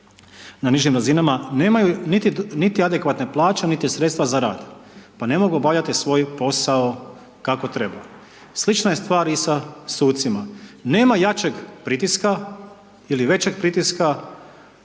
na nižim razinama nemaju niti adekvatne plaće, niti sredstva za rada pa ne mogu obavljati svoj posao kako treba. Slična je stvar i sa sucima, nema jačeg pritiska ili većeg pritiska